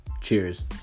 Cheers